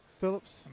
Phillips